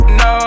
no